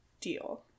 deal